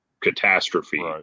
catastrophe